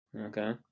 Okay